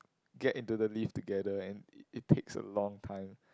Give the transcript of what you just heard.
get into the lift together and it it takes a long time